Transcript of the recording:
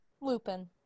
Lupin